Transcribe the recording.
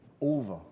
over